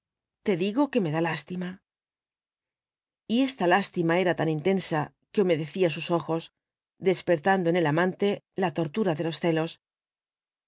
te digo que me da lástima y esta lástima era tan intensa que humedecía sus ojos despertando en el amante la tortura délos celos